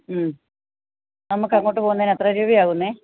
മ് നമുക്ക് അങ്ങോട്ട് പോവുന്നതിന് എത്ര രൂപയാ ആവുന്നത്